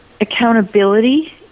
accountability